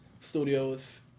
Studios